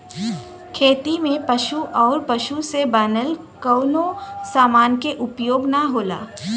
खेती में पशु आउर पशु से बनल कवनो समान के उपयोग ना होला